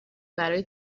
برای